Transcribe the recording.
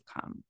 come